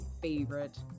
favorite